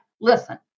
Listen